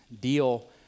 deal